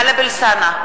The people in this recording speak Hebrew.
נגד סעיד נפאע,